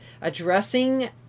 addressing